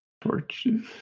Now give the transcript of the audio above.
Torches